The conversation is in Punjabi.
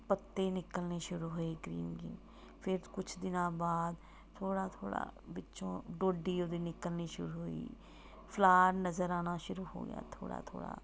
ਪੱਤੇ ਨਿਕਲਣੇ ਸ਼ੁਰੂ ਹੋਏ ਗਰੀਨ ਗਰੀਨ ਫਿਰ ਕੁਛ ਦਿਨਾਂ ਬਾਅਦ ਥੋੜ੍ਹਾ ਥੋੜ੍ਹਾ ਵਿੱਚੋਂ ਡੋਡੀ ਉਹਦੇ ਨਿਕਲਣੀ ਸ਼ੁਰੂ ਹੋਈ ਫਲਾਰ ਨਜ਼ਰ ਆਉਣਾ ਸ਼ੁਰੂ ਹੋ ਗਿਆ ਥੋੜ੍ਹਾ ਥੋੜ੍ਹਾ